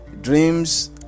dreams